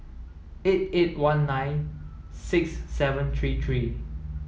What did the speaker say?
eight eight one nine six seven three three